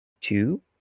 two